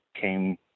came